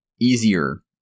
easier